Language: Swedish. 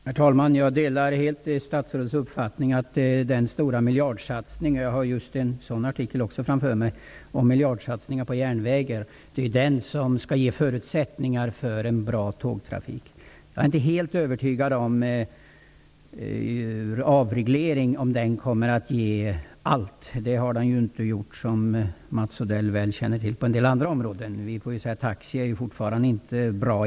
Herr talman! Jag delar helt statsrådets uppfattning om att den stora miljardsatsningen skall ge förutsättningar för en bra tågtrafik. Jag har just en artikel om miljardsatsningar på järnvägar framför mig. Jag är inte helt övertygad om att en avreglering kommer att ge allt. Det har ju inte skett på en del andra områden, som Mats Odell väl känner till. Taxi fungerar ju fortfarande inte bra.